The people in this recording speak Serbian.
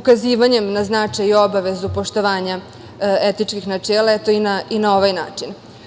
ukazivanjem na značaj i obavezu poštovanja etičkih načela, eto, i na ovaj način. Drugi